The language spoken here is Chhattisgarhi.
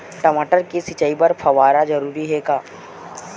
टमाटर के सिंचाई बर फव्वारा जरूरी हे का?